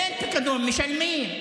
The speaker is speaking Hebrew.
אין פיקדון, משלמים.